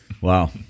Wow